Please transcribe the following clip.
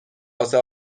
واسه